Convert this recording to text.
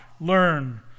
learn